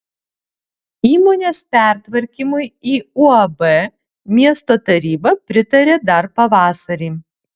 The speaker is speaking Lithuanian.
įmonės pertvarkymui į uab miesto taryba pritarė dar pavasarį